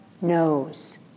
knows